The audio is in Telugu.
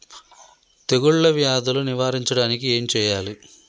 తెగుళ్ళ వ్యాధులు నివారించడానికి ఏం చేయాలి?